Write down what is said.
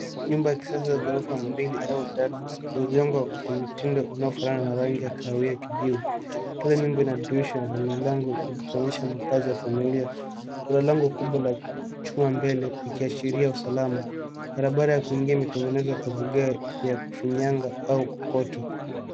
Nyumba ya kisasa ya ghorofa mbili au tatu zilizojengwa kwa mitindo unaofanana na rangi ya kahawia kijivu. Kila nyumba ina dirisha na milango ikionyesha makaazi ya familia . Kuna lango kubwa la chuma mbele ikiashiria usalama. Barabara ya kuingia imetengenezwa kwa vigae vya kufinyanga au kokoto.